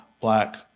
black